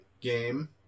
game